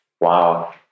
Wow